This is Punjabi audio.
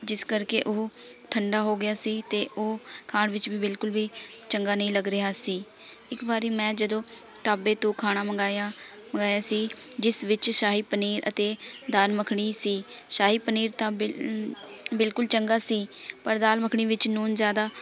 ਜਿਸ ਕਰਕੇ ਉਹ ਠੰਡਾ ਹੋ ਗਿਆ ਸੀ ਅਤੇ ਉਹ ਖਾਣ ਵਿੱਚ ਵੀ ਬਿਲਕੁਲ ਵੀ ਚੰਗਾ ਨਹੀਂ ਲੱਗ ਰਿਹਾ ਸੀ ਇੱਕ ਵਾਰੀ ਮੈਂ ਜਦੋਂ ਢਾਬੇ ਤੋਂ ਖਾਣਾ ਮੰਗਾਇਆ ਮੰਗਾਇਆ ਸੀ ਜਿਸ ਵਿੱਚ ਸ਼ਾਹੀ ਪਨੀਰ ਅਤੇ ਦਾਲ ਮੱਖਣੀ ਸੀ ਸ਼ਾਹੀ ਪਨੀਰ ਤਾਂ ਬਿਲ ਬਿਲਕੁਲ ਚੰਗਾ ਸੀ ਪਰ ਦਾਲ ਮੱਖਣੀ ਵਿੱਚ ਨੂਨ ਜ਼ਿਆਦਾ